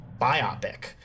biopic